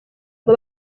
ngo